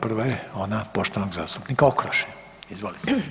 Prva je ona poštivanog zastupnika Okroše, izvolite.